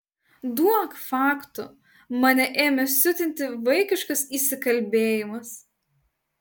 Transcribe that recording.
duok faktų mane ėmė siutinti vaikiškas įsikalbėjimas